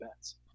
bets